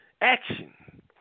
action